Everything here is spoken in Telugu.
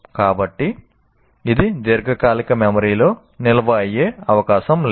కాబట్టి ఇది దీర్ఘకాలిక మెమరీలో నిల్వ అయ్యే అవకాశం లేదు